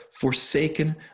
forsaken